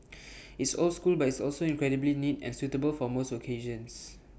it's old school but it's also incredibly neat and suitable for most occasions